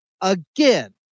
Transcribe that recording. Again